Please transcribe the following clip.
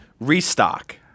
restock